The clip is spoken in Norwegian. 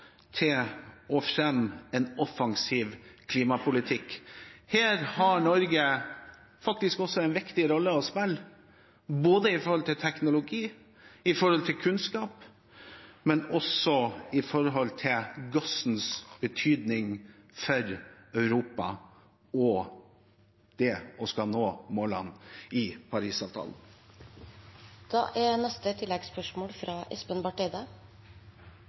til å fremme en offensiv klimapolitikk. Her har Norge faktisk også en viktig rolle å spille, både når det gjelder teknologi, når det gjelder kunnskap, og når det gjelder gassens betydning for Europa og det å skulle nå målene i Parisavtalen.